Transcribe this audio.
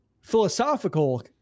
philosophical